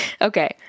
Okay